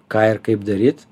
ką ir kaip daryt